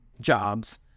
jobs